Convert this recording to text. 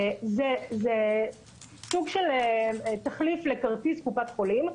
זה סוג של תחליף לכרטיס קופת חולים.